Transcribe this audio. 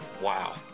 Wow